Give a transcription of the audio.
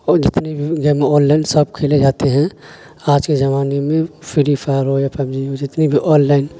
اور جتنی بھی گیم آنلائن سب کھیلے جاتے ہیں آج کے زمانے میں فری فائر ہو یا پبجی ہو جتنی بھی آللائن